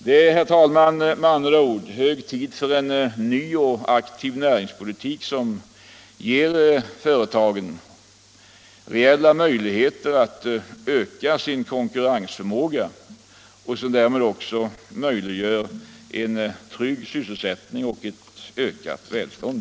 Det är, herr talman, med andra ord hög tid för en ny och aktiv näringspolitik som ger företagen reella möjligheter att öka sin konkurrensförmåga och som därmed också möjliggör en trygg sysselsättning och ett ökat välstånd.